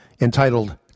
entitled